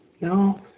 no